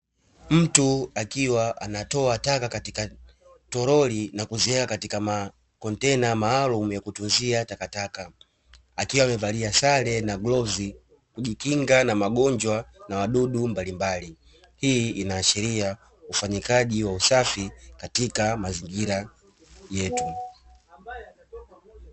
Mtu akiwa anatoa taka katika toroli na kuziweka katika makontena maalumu ya kutunzia takataka, akiwa amevalia sare na glavu kujikinga na magonjwa na wadudu mbalimbali hii inaashiria ufanyikaji wa usafi katika mazingira yetu.